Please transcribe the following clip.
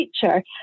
teacher